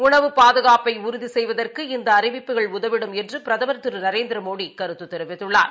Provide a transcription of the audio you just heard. உணவு பாதுகாப்பைஉறுதிசெய்வதற்கு இந்தஅறிவிப்புகள் உதவிடும் என்றுபிரதமர் திருநரேந்திரமோடிகருத்துதெரிவித்துள்ளார்